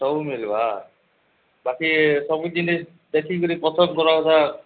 ସବୁ ମିିଳିବ ବାକି ସବୁ ଜିନିଷ ଦେଖିକି ପସନ୍ଦ କରିବା କଥା